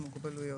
עם מוגבלויות.